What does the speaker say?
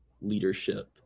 leadership